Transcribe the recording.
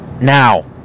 Now